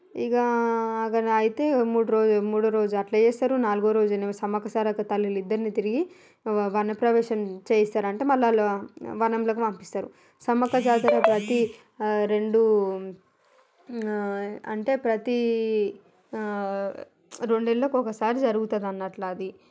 ఇంకా అక్కడ అయితే మూడు రోజుల మూడో రోజు అలా చేస్తారు నాలుగో రోజు ఏమో సమ్మక్క సారక్క తల్లులు ఇద్దరినీ తిరిగి వ వన ప్రవేశం చేయిస్తారు అంటే మళ్ళీ వాళ్ళు వనంలోకి పంపిస్తారు సమ్మక్క జాతర ప్రతీ రెండు అంటే ప్రతీ రెండు ఏళ్ళకి ఒకసారి జరుగుతుంది అన్నట్టు అది